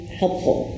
helpful